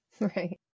Right